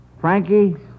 Frankie